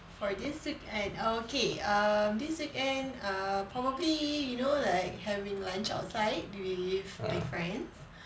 for this weekend okay err this weekend err probably you know like having lunch outside with my friends